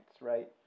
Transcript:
right